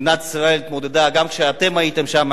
מדינת ישראל התמודדה גם כשאתם הייתם שם,